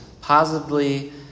positively